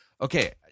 Okay